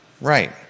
Right